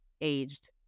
aged